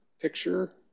picture